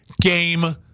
game